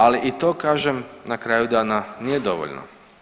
Ali i to kažem, na kraju dana nije dovoljno.